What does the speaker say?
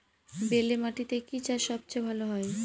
বেলে মাটিতে কি চাষ সবচেয়ে ভালো হয়?